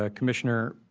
ah commissioner.